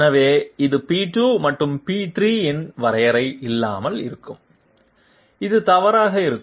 எனவே இது p2 மற்றும் p3 இன் வரையறை இல்லாமல் இருக்கும் இது தவறாக இருக்கும்